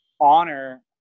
honor